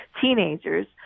teenagers